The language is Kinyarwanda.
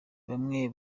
bamwe